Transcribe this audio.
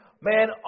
Man